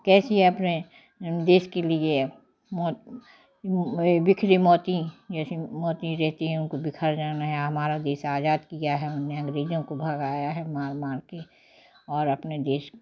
कैसी है अपने देश के लिए है बिखरे मोती हमारा देश आजाद किया है उनने अंग्रेजों को भगाया है मार मार के और अपने देश